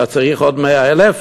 אתה צריך עוד 100,000?